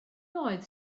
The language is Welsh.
oedd